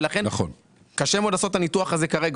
ולכן קשה לעשות את הניתוח הזה כרגע.